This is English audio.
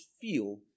feel